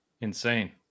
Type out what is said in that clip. insane